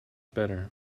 better